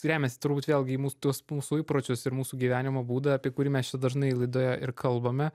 remiasi turbūt vėlgi į mūs tuos mūsų įpročius ir mūsų gyvenimo būdą apie kurį mes čia dažnai laidoje ir kalbame